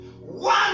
one